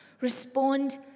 Respond